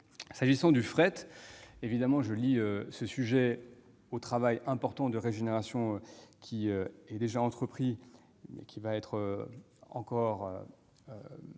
S'agissant du fret, je lie ce sujet au travail important de régénération qui est déjà entrepris et qui va être encore